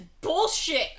bullshit